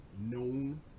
known